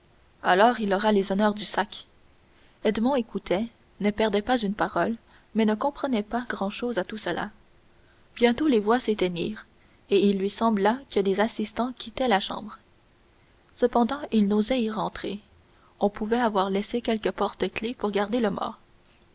alors il aura les honneurs du sac edmond écoutait ne perdait pas une parole mais ne comprenait pas grand-chose à tout cela bientôt les voix s'éteignirent et il lui sembla que les assistants quittaient la chambre cependant il n'osa y rentrer on pouvait avoir laissé quelque porte-clefs pour garder le mort